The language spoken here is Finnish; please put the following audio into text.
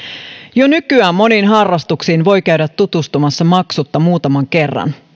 jo nykyään moniin harrastuksiin voi käydä tutustumassa maksutta muutaman kerran